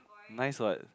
nice what